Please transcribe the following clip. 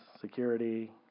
security